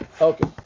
Okay